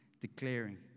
declaring